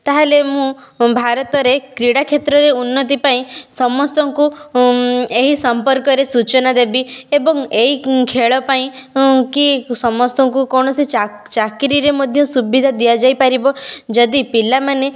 ତା'ହାଲେ ମୁଁ ଭାରତରେ କ୍ରୀଡ଼ା କ୍ଷେତ୍ରରେ ଉନ୍ନତି ପାଇଁ ସମସ୍ତଙ୍କୁ ଏହି ସମ୍ପର୍କରେ ସୂଚନା ଦେବି ଏବଂ ଏହି ଖେଳ ପାଇଁ କି ସମସ୍ତଙ୍କୁ କୌଣସି ଚାକିରୀରେ ମଧ୍ୟ ସୁବିଧା ଦିଆଯାଇପାରିବ ଯଦି ପିଲାମାନେ